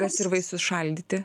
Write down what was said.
kas ir vaisius šaldyti